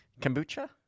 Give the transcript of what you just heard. Kombucha